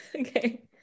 Okay